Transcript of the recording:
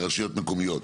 זה רשויות מקומיות.